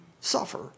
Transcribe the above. suffer